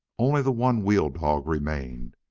only the one wheel-dog remained,